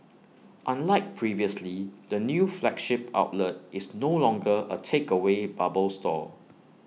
unlike previously the new flagship outlet is no longer A takeaway bubble store